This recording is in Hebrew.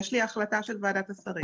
יש לי החלטה של ועדת השרים.